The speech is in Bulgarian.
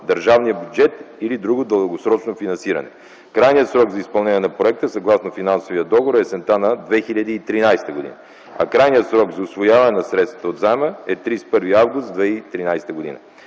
държавния бюджет или друго дългосрочно финансиране. Крайният срок за изпълнение на проекта съгласно финансовия договор е есента на 2013 г., а крайният срок за усвояване на средствата от заема е 31 август 2013 г.